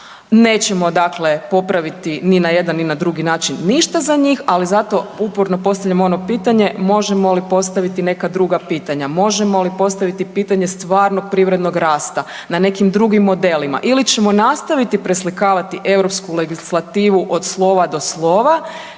Nećemo dakle popraviti ni na jedan ni na drugi način ništa za njih, ali zato uporno postavljam ono pitanje možemo li postaviti neka druga pitanja. Možemo li postaviti pitanje stvarnog privrednog rasta na nekim modelima ili ćemo nastaviti preslikavati europsku legislativu od slova do slova